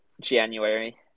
January